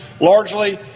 largely